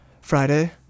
Friday